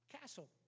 castle